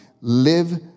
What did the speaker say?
Live